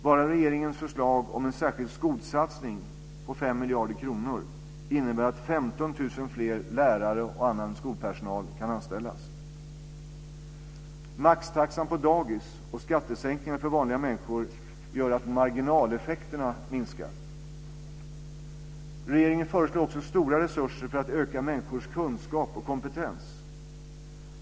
Bara regeringens förslag om en särskild skolsatsning på 5 miljarder kronor innebär att 15 000 fler lärare och annan skolpersonal kan anställas. Maxtaxan på dagis och skattesänkningar för vanliga människor gör att marginaleffekterna minskar. Regeringen föreslår också stora resurser för att öka människors kunskaper och kompetens.